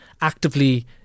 actively